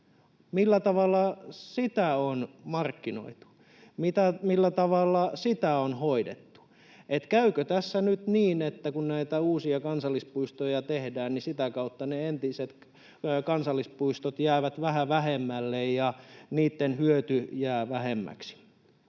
Millä tavalla sitä on markkinoitu, millä tavalla sitä on hoidettu? Käykö tässä nyt niin, että kun näitä uusia kansallispuistoja tehdään, niin sitä kautta ne entiset kansallispuistot jäävät vähän vähemmälle ja niitten hyöty jää vähemmäksi?